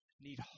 need